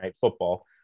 Football